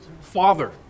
father